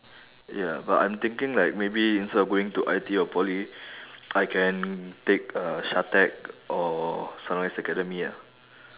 ya but I'm thinking like maybe instead of going to I_T_E or poly I can take uh SHATEC or sunrise academy eh